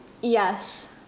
Yes